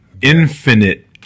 infinite